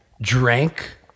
drank